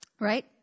right